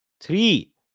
Three